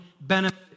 benefit